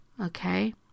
okay